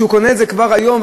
שקונה את זה כבר היום,